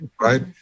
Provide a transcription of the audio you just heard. right